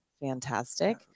Fantastic